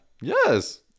Yes